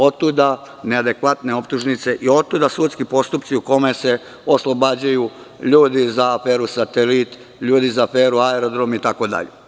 Otuda neadekvatne optužnice i otuda sudski postupci u kome se oslobađaju ljudi za aferu „Satelit“, za aferu „Aerodrom“, itd.